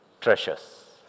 Treasures